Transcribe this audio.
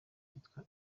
kwitwa